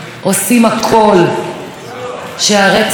לא על הידיים שלנו ולא על הידיים של אף אחד אחר.